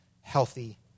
healthy